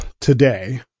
today